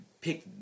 pick